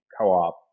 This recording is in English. co-op